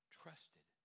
trusted